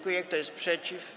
Kto jest przeciw?